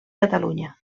catalunya